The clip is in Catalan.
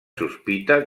sospita